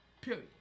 Period